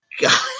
god